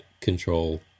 control